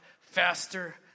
faster